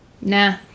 Nah